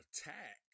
attack